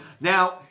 Now